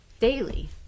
daily